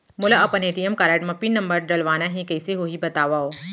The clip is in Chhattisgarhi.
मोला अपन ए.टी.एम कारड म पिन नंबर डलवाना हे कइसे होही बतावव?